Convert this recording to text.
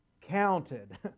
counted